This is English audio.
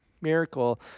miracle